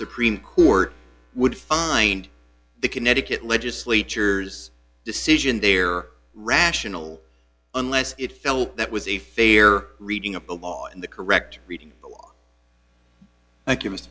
supreme court would find the connecticut legislature's decision their rational unless it felt that was a fair reading of the law and the correct reading